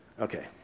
Okay